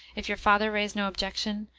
if your father raised no objection,